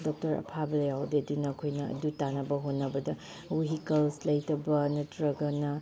doctor ꯑꯐꯕ ꯌꯥꯎꯗꯦ ꯑꯗꯨꯅ ꯑꯩꯈꯣꯏꯅ ꯑꯗꯨ ꯇꯥꯅꯕ ꯍꯣꯠꯅꯕꯗ ꯋꯤꯍꯤꯀꯜꯁ ꯂꯩꯇꯕ ꯅꯠꯇ꯭ꯔꯒꯅ